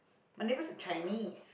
my neighbour is Chinese